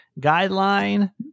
guideline